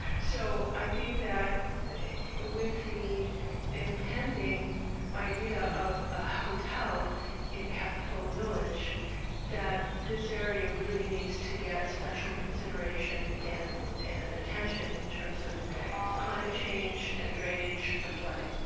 so i think that with the impending idea of a hotel in capitola village that this area really needs to get special consideration and and attention in terms of climate change and drainage and flooding.